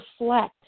reflect